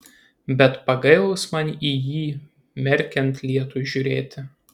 bet pagails man į jį merkiant lietui žiūrėti